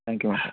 thank you madam